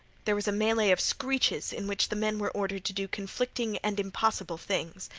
there was a melee of screeches, in which the men were ordered to do conflicting and impossible things.